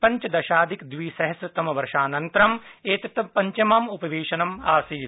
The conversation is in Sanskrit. पंचदशाधिक द्विसहस्रतमवर्षानन्तरं एतत् पंचमम् उपवेशनम् आसीत्